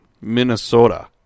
Minnesota